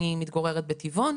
אני מתגוררת בטבעון